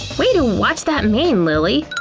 way to watch that mane, lilly.